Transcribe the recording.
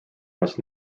must